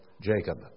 Jacob